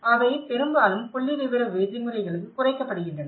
அவை பெரும்பாலும் புள்ளிவிவர விதிமுறைகளுக்கு குறைக்கப்படுகின்றன